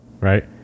Right